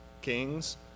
kings